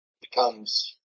becomes